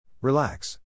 Relax